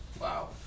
Wow